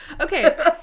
Okay